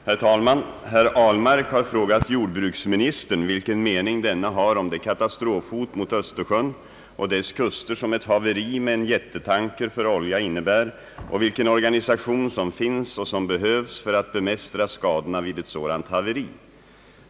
Herr talman! Herr Ahlmark har frågat jordbruksministern vilken mening denne har om det katastrofhot mot öÖstersjön och dess kuster som ett haveri med en jättetanker för olja innebär och vilken organisation som finns och som behövs för att bemästra skadorna vid ett sådant haveri.